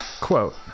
quote